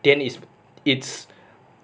then is it's